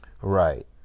Right